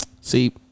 See